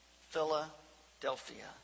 Philadelphia